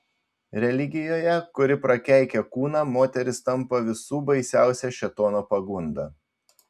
religijoje kuri prakeikia kūną moteris tampa visų baisiausia šėtono pagunda